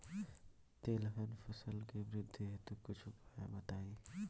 तिलहन फसल के वृद्धि हेतु कुछ उपाय बताई?